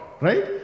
Right